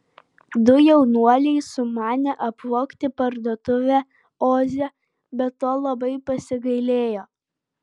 du jaunuoliai sumanė apvogti parduotuvę oze bet to labai pasigailėjo